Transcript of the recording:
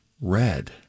red